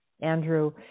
Andrew